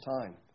time